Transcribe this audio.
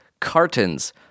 cartons